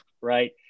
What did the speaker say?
right